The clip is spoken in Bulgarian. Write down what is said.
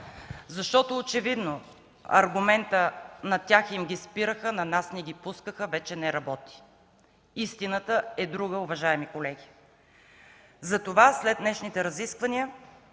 Защото очевидно аргументът „На тях им ги спираха, на нас ни ги пускаха” – вече не работи. Истината е друга, уважаеми колеги. Затова след днешните разисквания